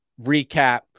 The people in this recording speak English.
recap